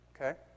Okay